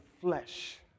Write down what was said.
flesh